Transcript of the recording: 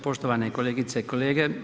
Poštovane kolegice i kolege.